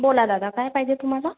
बोला दादा काय पाहिजे तुम्हाला